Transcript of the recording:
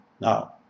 now